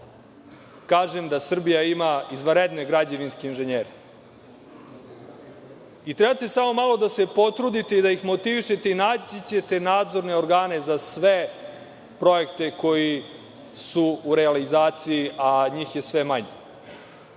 kažem da Srbija ima izvanredne građevinske inženjere. Trebate samo malo da se potrudite i motivišete i naći ćete nadzorne organe za sve projekte koji su u realizaciji, a njih je sve manje. Mi